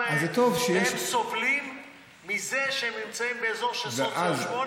והם סובלים מזה שהם נמצאים באזור של סוציו 8,